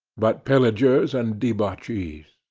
but pillagers and debauchees.